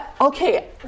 Okay